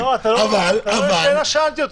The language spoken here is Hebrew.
אבל --- אתה לא עונה לשאלה ששאלתי אותך.